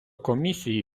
комісії